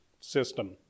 system